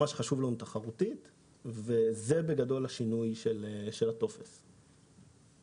אלו השינויים שהטופס מביא.